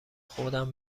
خودم